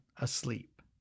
asleep